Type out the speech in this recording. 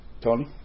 Tony